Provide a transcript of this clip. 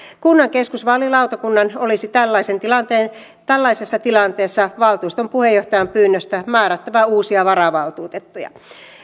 kunnan keskusvaalilautakunnan olisi tällaisessa tilanteessa valtuuston puheenjohtajan pyynnöstä määrättävä uusia varavaltuutettuja